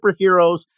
superheroes